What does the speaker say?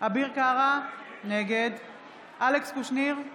אביר קארה, נגד אלכס קושניר,